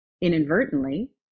inadvertently